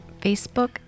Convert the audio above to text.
Facebook